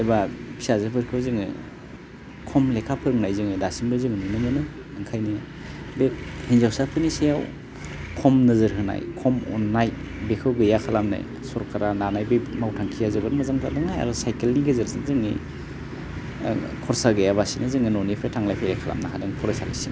एबा फिसाजोफोरखौ जोङो खम लेखा फोरोंनाय जोङो दासिमबो जोङो नुनो मोनो ओंखायनो बे हिन्जावसाफोरनि सायाव खम नोजोर होनाय खम अननाय बेखौ गैया खालामनो सरकारआ लानाय बे मावथांखिया जोबोर मोजां जादों आरो साइखेलनि गेजेरजों जोंनि खरसा गैयालासिनो जोङो न'निफ्राय थांलाय फैलाय खालामनो हादों फरायसालिसिम